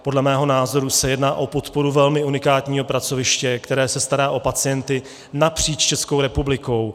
Podle mého názoru se jedná o podporu velmi unikátního pracoviště, které se stará o pacienty napříč Českou republikou.